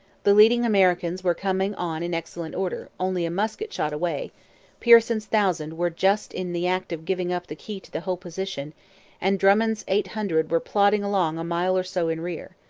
the leading americans were coming on in excellent order, only a musket-shot away pearson's thousand were just in the act of giving up the key to the whole position and drummond's eight hundred were plodding along a mile or so in rear.